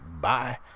bye